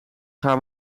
gaan